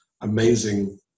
amazing